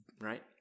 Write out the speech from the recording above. right